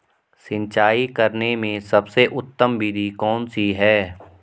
सिंचाई करने में सबसे उत्तम विधि कौन सी है?